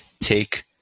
Take